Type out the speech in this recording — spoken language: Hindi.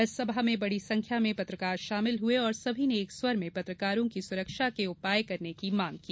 इस सभा में बड़ी संख्या में पत्रकार शामिल हुए और सभी ने एक स्वर में पत्रकारों की सुरक्षा के उपाय करने की मांग की